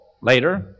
later